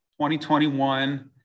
2021